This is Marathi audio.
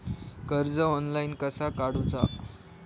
कर्ज ऑनलाइन कसा काडूचा?